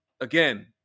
Again